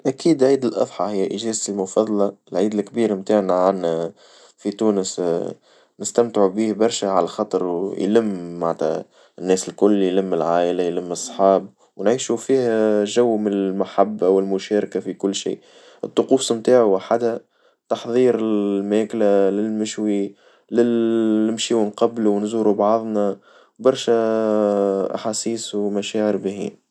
أكيد عيد الأضحى هي إجازة مفضلة، العيد الكبير متاعنا عن في تونس نستمتع به برشا، على خاطر يلم معنتها الناس الكل يلم العائلة يلم الصحاب، ونعيش فيه جو من المحبة والمشاركة في كل شيء الطقوس متاعو حدا تحضير الماكلا للمشوي نمشيو ونقبلو ونزورو بعضنا برشا، أحاسيس ومشاعر بهية.